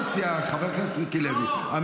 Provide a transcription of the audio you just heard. חבר הכנסת מיקי לוי, אתה לא מציע.